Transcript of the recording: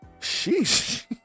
sheesh